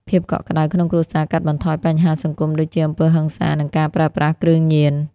ភាពកក់ក្ដៅក្នុងគ្រួសារកាត់បន្ថយបញ្ហាសង្គមដូចជា អំពើហិង្សា និងការប្រើប្រាស់គ្រឿងញៀន។